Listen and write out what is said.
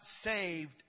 saved